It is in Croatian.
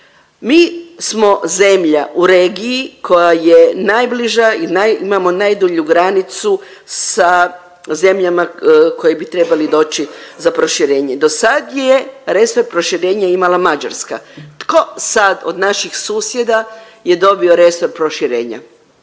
mi smo zemlja u regiji koja je najbliža i imamo najdulju granicu sa zemljama koje bi trebale doći za proširenje. Do sad je resor proširenja imala Mađarska. Tko sad od naših susjeda je dobio resor proširenja?